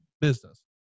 business